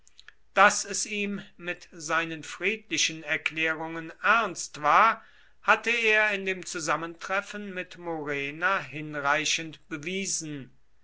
daß es ihm mit seinen friedlichen erklärungen ernst war hatte er in dem zusammentreffen mit murena hinreichend bewiesen